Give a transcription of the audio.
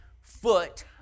foot